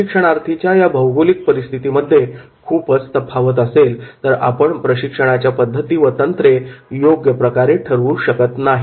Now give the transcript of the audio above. प्रशिक्षणार्थींच्या या भौगोलिक परिस्थितीमध्ये खूपच तफावत असेल तर आपण प्रशिक्षणाच्या पद्धती व तंत्रे योग्य प्रकारे ठरवू शकत नाही